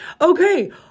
Okay